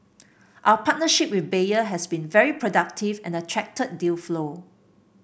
our partnership with Bayer has been very productive and attracted deal flow